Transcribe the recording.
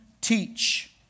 teach